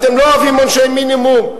אתם לא אוהבים עונשי מינימום?